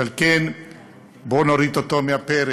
ועל כן בואו נוריד אותו מהפרק.